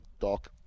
Doc